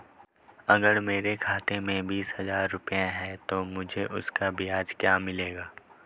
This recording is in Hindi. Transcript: अगर मेरे खाते में बीस हज़ार रुपये हैं तो मुझे उसका ब्याज क्या मिलेगा?